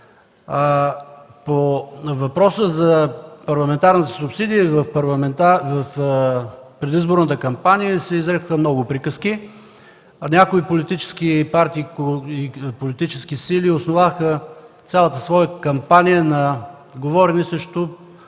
По въпроса за парламентарната субсидия в предизборната кампания се изрекоха много приказки. Някои политически партии и политически сили основаха цялата своя кампания на говорене срещу